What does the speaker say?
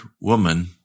woman